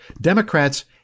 Democrats